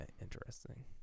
interesting